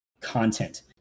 content